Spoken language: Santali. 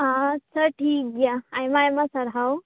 ᱟᱻᱪᱷᱟ ᱴᱷᱤᱠ ᱜᱮᱭᱟ ᱟᱭᱢᱟᱼᱟᱭᱢᱟ ᱥᱟᱨᱦᱟᱣ